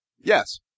Yes